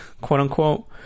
quote-unquote